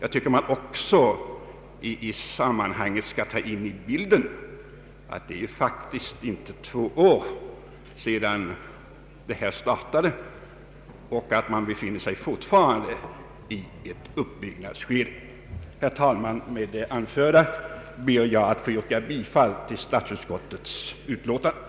I detta sammanhang bör man kanske också ta in i bilden att det faktiskt inte är mer än två år sedan STU startades och att verksamheten fortfarande befinner sig i ett uppbyggnadsskede. Herr talman! Med det anförda ber jag att få yrka bifall till utskottets hemställan.